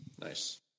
Nice